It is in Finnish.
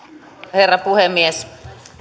herra puhemies